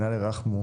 נוכחות